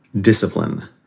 discipline